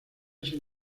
sin